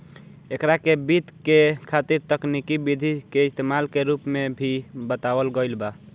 एकरा के वित्त के खातिर तकनिकी विधि के इस्तमाल के रूप में भी बतावल गईल बा